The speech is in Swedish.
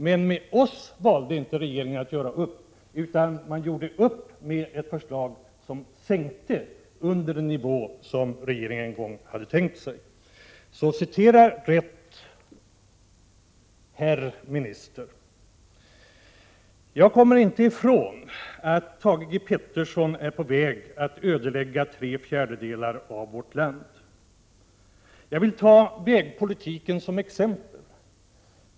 Men med oss valde regeringen inte att göra upp, utan man gjorde upp om ett förslag, som låg under den nivå som regeringen en gång hade tänkt sig. Så citera rätt, herr minister! Jag kommer inte ifrån att Thage G Peterson är på väg att ödelägga tre fjärdedelar av vårt land. Jag kan ta vägpolitiken såsom exempel.